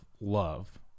love